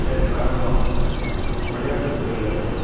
இதற்கு காரணம் விளையாட்டு துறையிலேருந்து